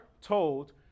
told